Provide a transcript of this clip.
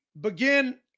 begin